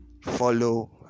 follow